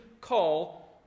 call